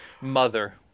Mother